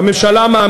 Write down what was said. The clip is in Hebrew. לרבות